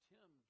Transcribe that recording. Tim